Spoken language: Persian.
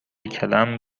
کلم